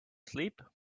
sleep